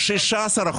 -- 16%.